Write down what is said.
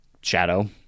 Shadow